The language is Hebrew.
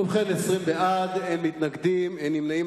20 בעד, אין מתנגדים ואין נמנעים.